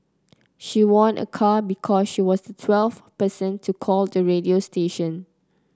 she won a car because she was the twelfth person to call the radio station